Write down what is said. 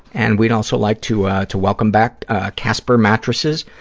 and we'd also like to ah to welcome back casper mattresses.